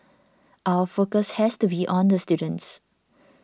our focus has to be on the students